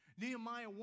Nehemiah